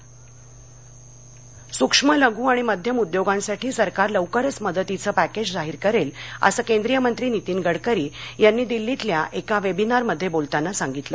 पक्रिज सूक्ष्म लघू आणि मध्यम उद्योगांसाठी सरकार लवकरच मदतीचं पॅकेज जाहीर करेल असं केंद्रीय मंत्री नीतीन गडकरी यांनी दिल्लीतल्या एका वेबीनारमध्ये बोलताना सांगितलं